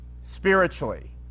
spiritually